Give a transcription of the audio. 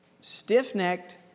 stiff-necked